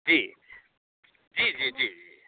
जी जी जी जी